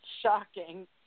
shocking